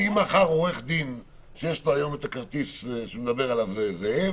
אם מחר לעורך דין יש את הכרטיס שמדבר עליו זאב